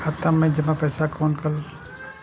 खाता मैं जमा पैसा कोना कल